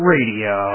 Radio